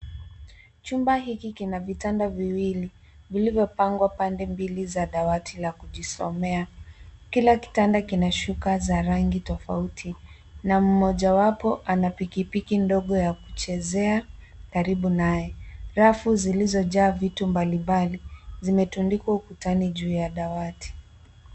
Chumba hiki kina vitanda viwili vilivyopangwa pande mbili za dawati la kujisomea. Kila kitanda kina shuka za rangi tofauti na mmoja wapo anapikipiki ndogo ya kuchezea karibu naye. Rafu zilizojaa vitu mbalimbali zimetundikwa ukutani juu ya dawati.